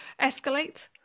escalate